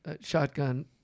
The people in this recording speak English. shotgun